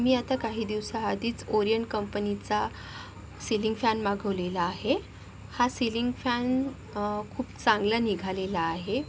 मी आता काही दिवसाआधीच ओरियन कंपनीचा सीलिंग फॅन मागवलेला आहे हा सीलिंग फॅन खूप चांगला निघालेला आहे